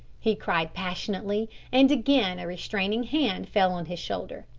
he cried passionately, and again a restraining hand fell on his shoulder.